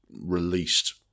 released